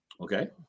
Okay